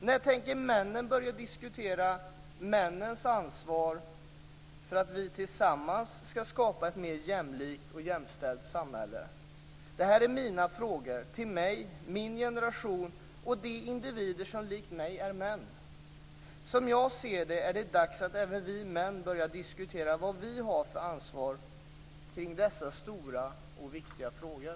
När tänker männen börja att diskutera männens ansvar för att vi tillsammans skall skapa ett mer jämlikt och jämställt samhälle? Det här är mina frågor, till mig, till min generation och de individer som likt mig är män. Som jag ser det är det dags att även vi män börjar diskutera vad vi har för ansvar kring dessa stora och viktiga frågor.